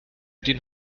den